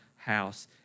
house